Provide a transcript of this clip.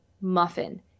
muffin